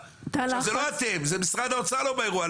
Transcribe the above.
עכשיו, זה לא אתם, זה משרד האוצר לא באירוע.